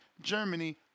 Germany